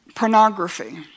Pornography